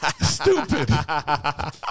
Stupid